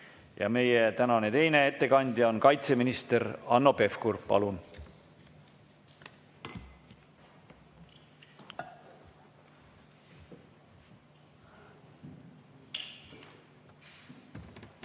Meie tänane teine ettekandja on kaitseminister Hanno Pevkur. Palun!